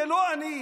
זה לא אני,